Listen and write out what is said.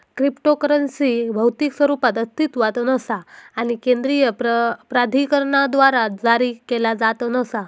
cryptocurrency भौतिक स्वरूपात अस्तित्वात नसा आणि केंद्रीय प्राधिकरणाद्वारा जारी केला जात नसा